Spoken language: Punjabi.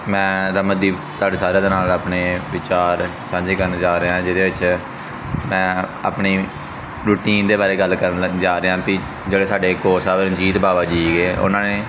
ਮੈਂ ਰਮਨਦੀਪ ਤੁਹਾਡੇ ਸਾਰਿਆਂ ਦੇ ਨਾਲ ਆਪਣੇ ਵਿਚਾਰ ਸਾਂਝੇ ਕਰਨ ਜਾ ਰਿਹਾ ਜਿਹਦੇ ਵਿੱਚ ਮੈਂ ਆਪਣੀ ਰੂਟੀਨ ਦੇ ਬਾਰੇ ਗੱਲ ਕਰਨ ਜਾ ਰਿਹਾ ਵੀ ਜਿਹੜੇ ਸਾਡੇ ਕੋਚ ਸਾਬ ਆ ਰਣਜੀਤ ਬਾਵਾ ਜੀ ਗੇ ਉਹਨਾਂ ਨੇ